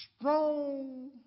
strong